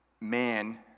man